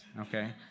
okay